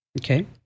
Okay